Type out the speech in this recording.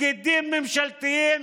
פקידים ממשלתיים